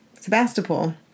sebastopol